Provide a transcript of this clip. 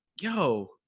Yo